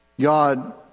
God